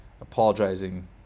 apologizing